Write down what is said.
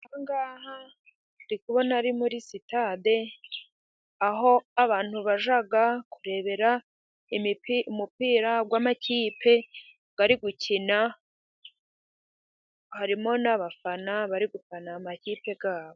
Ndi kubona ari muri sitade, aho abantu bajya kurebera umupira w'amakipe ari gukina. Harimo n'abafana bari gufana amakipe yabo.